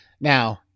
Now